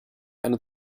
eine